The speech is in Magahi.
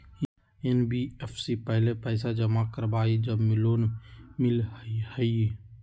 एन.बी.एफ.सी पहले पईसा जमा करवहई जब लोन मिलहई?